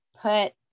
put